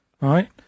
Right